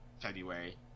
February